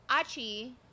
Achi